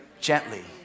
gently